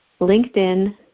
LinkedIn